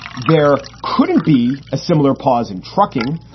there couldn't be a similar pause in trucking.